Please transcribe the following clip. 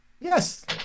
Yes